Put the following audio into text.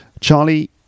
Charlie